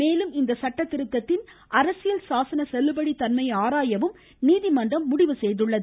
மேலும் இந்த சட்டத் திருத்தத்தின் அரசியல் சாசன செல்லுபடி தன்மையை ஆராயவும் நீதிமன்றம் முடிவு செய்துள்ளது